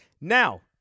Now